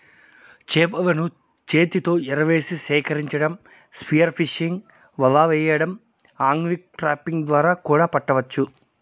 చేపలను చేతితో ఎరవేసి సేకరించటం, స్పియర్ ఫిషింగ్, వల వెయ్యడం, ఆగ్లింగ్, ట్రాపింగ్ ద్వారా కూడా పట్టవచ్చు